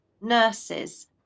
nurses